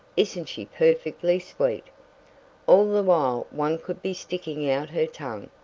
isn't she perfectly sweet all the while one could be sticking out her tongue,